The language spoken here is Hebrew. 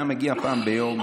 היה מגיע פעם ביום,